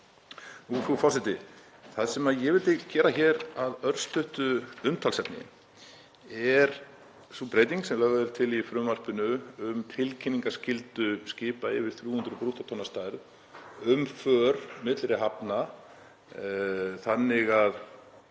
Frú forseti. Það sem ég vildi gera hér að örstuttu umtalsefni er sú breyting sem lögð er til í frumvarpinu um tilkynningarskyldu skipa yfir 300 brúttótonnum að stærð um för milli hafna þannig að